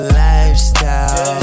lifestyle